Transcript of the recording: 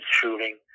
shooting